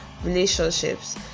relationships